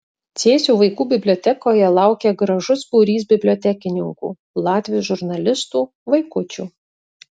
cėsių vaikų bibliotekoje laukė gražus būrys bibliotekininkų latvių žurnalistų vaikučių